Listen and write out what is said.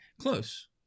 Close